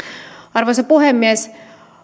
arvoisa puhemies